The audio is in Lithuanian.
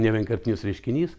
ne vienkartinis reiškinys